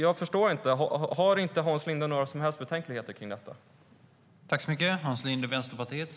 Jag förstår inte - har inte Hans Linde några som helst betänkligheter mot detta?